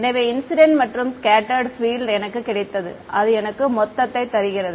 எனவே இன்சிடென்ட் மற்றும் ஸ்கெட்டர்டு எனக்கு கிடைத்தது அது எனக்கு மொத்தத்தை தருகிறது